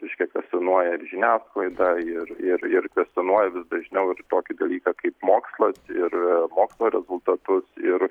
reiškia kvestionuoja ir žiniasklaidą ir ir ir kvestionuoja dažniau ir tokį dalyką kaip mokslas ir mokslo rezultatus ir